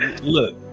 Look